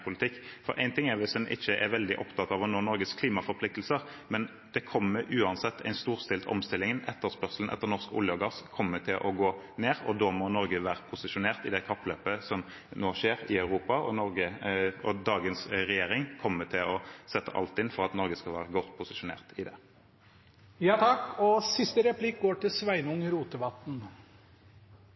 For én ting er om en ikke er veldig opptatt av å nå Norges klimaforpliktelser, men det kommer uansett en storstilt omstilling. Etterspørselen etter norsk olje og gass kommer til å gå ned, og da må Norge være posisjonert i det kappløpet som nå skjer i Europa. Dagens regjering kommer til å sette alt inn for at Norge skal være godt posisjonert i det. Lat meg også starte med å gratulere representanten Knutsen med komitéleiarverv. Eg ser fram til